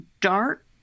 dark